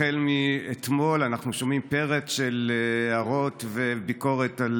החל מאתמול אנחנו שומעים פרץ של הערות וביקורת על